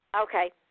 Okay